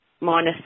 minus